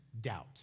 doubt